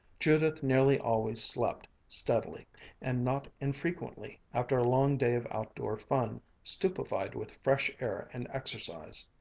judith nearly always slept, steadily and not infrequently after a long day of outdoor fun, stupefied with fresh air and exercise,